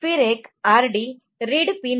फिर एक RDरीड पिन है